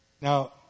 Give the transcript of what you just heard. Now